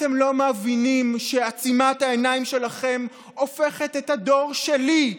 אתם לא מבינים שעצימת העיניים שלכם הופכת את הדור שלי,